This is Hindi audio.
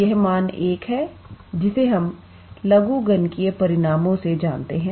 यह मान 1 है जिसे हम लघुगणकीय परिणामों से जानते हैं